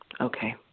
Okay